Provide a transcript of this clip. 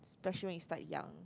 pressuring start young